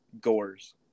gores